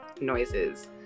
noises